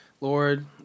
Lord